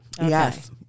yes